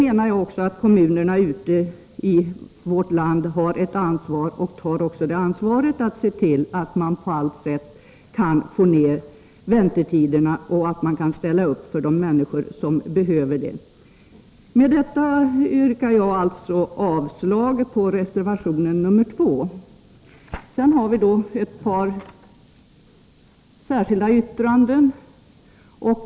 Jag är emellertid övertygad om att kommunerna tar sitt ansvar och att de på allt sätt försöker minska väntetiderna och ställa upp för de människor som behöver hjälp. Med detta yrkar jag avslag också på reservation nr 2. Till betänkandet är också fogade ett par särskilda yttranden.